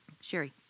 Sherry